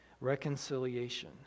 reconciliation